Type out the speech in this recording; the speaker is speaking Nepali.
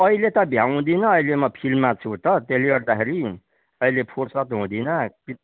अहिले त भ्याउँदिनँ अहिले म फिल्डमा छु त त्यसले गर्दाखेरि अहिले फुर्सद हुँदिनँ